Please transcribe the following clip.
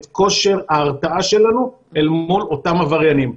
כל כושר ההרתעה שלנו אל מול אותם עבריינים.